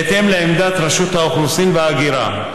בהתאם לעמדת רשות האוכלוסין וההגירה,